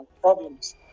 problems